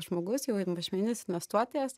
žmogus jau ir mažmeninis investuotojas